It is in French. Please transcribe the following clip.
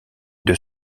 deux